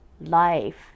life